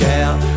out